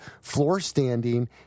floor-standing